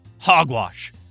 Hogwash